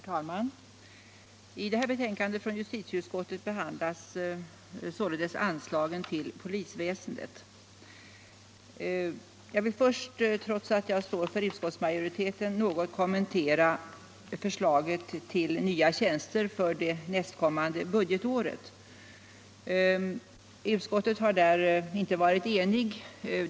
Herr talman! I det här betänkandet från justitieutskottet behandlas anslagen till polisväsendet. Jag vill först, trots att jag står för utskottsmajoriteten, något kommentera förslaget till nya tjänster för det nästkommande budgetåret. Utskottet har där inte varit enigt.